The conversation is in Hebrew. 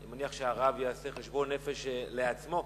אני מניח שהרב יעשה חשבון נפש לעצמו.